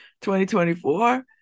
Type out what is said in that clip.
2024